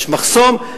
יש מחסום.